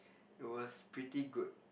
it was pretty good